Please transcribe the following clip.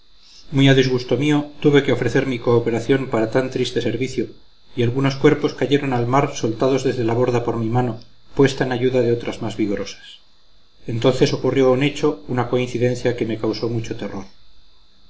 muy a disgusto mío tuve que ofrecer mi cooperación para tan triste servicio y algunos cuerpos cayeron al mar soltados desde la borda por mi mano puesta en ayuda de otras más vigorosas entonces ocurrió un hecho una coincidencia que me causó mucho terror